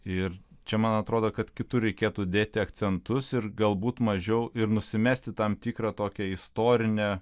ir čia man atrodo kad kitur reikėtų dėti akcentus ir galbūt mažiau ir nusimesti tam tikrą tokią istorinę